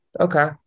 Okay